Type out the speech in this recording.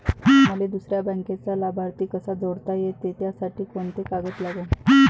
मले दुसऱ्या बँकेचा लाभार्थी कसा जोडता येते, त्यासाठी कोंते कागद लागन?